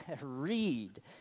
read